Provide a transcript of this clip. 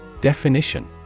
Definition